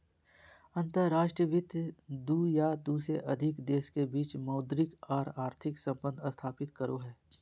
अंतर्राष्ट्रीय वित्त दू या दू से अधिक देश के बीच मौद्रिक आर आर्थिक सम्बंध स्थापित करो हय